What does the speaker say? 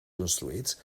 construïts